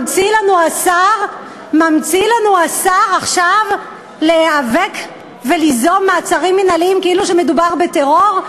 ממציא לנו השר עכשיו להיאבק וליזום מעצרים מינהליים כאילו מדובר בטרור.